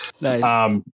Nice